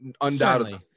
undoubtedly